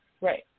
Right